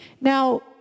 Now